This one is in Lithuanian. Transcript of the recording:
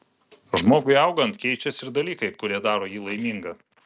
žmogui augant keičiasi ir dalykai kurie daro jį laimingą